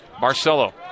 Marcelo